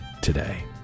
today